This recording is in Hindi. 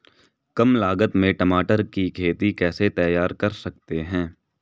कम लागत में टमाटर की खेती कैसे तैयार कर सकते हैं?